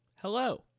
Hello